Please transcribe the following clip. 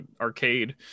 arcade